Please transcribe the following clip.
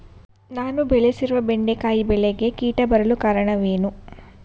ನಾನು ಬೆಳೆಸಿರುವ ಬೆಂಡೆಕಾಯಿ ಬೆಳೆಗೆ ಕೀಟ ಬರಲು ಕಾರಣವೇನು?